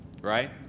right